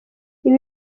ibi